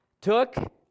took